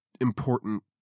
important